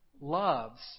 loves